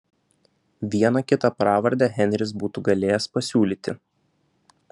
vieną kitą pravardę henris būtų galėjęs pasiūlyti